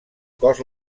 cos